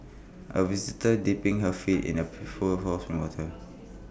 A visitor dipping her feet in A pail full of spring water